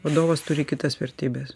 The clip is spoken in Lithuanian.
vadovas turi kitas vertybes